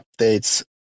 updates